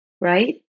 right